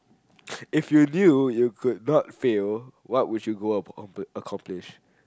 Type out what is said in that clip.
if you knew you could not fail what would you go accom accomplish